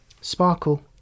Sparkle